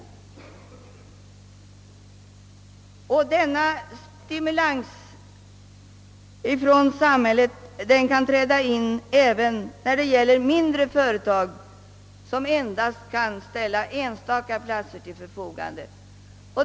Denna stimulans från samhället kan träda in även när det gäller mindre företag som endast kan ställa enstaka platser till förfogande.